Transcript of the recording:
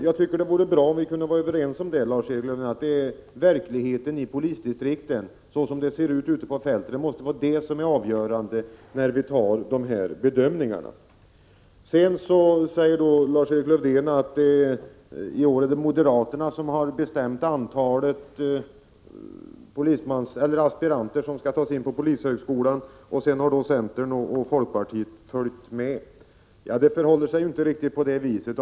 Jag tycker det vore bra om vi kunde vara överens om att det är verkligheten i polisdistrikten, hur det ser ut ute på fältet, som skall vara avgörande när vi gör de här bedömningarna. Lars-Erik Lövdén sade att det i år är moderaterna som har bestämt antalet aspiranter som skall tas in på polishögskolan — centern och folkpartiet har följt med. Det förhåller sig inte riktigt på det sättet.